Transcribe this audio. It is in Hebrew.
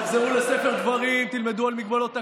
תחזרו לספר דברים, תלמדו על מגבלות הכוח.